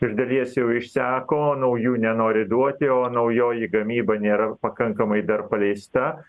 iš dalies jau išseko naujų nenori duoti o naujoji gamyba nėra pakankamai dar paleista